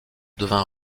devint